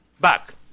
back